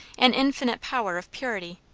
an infinite power of purity.